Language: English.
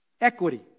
Equity